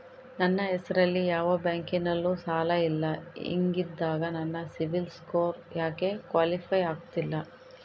ನನ್ನ ಹೆಸರಲ್ಲಿ ಯಾವ ಬ್ಯಾಂಕಿನಲ್ಲೂ ಸಾಲ ಇಲ್ಲ ಹಿಂಗಿದ್ದಾಗ ನನ್ನ ಸಿಬಿಲ್ ಸ್ಕೋರ್ ಯಾಕೆ ಕ್ವಾಲಿಫೈ ಆಗುತ್ತಿಲ್ಲ?